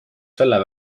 selle